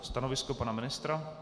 Stanovisko pana ministra?